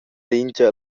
lingia